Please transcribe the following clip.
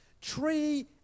tree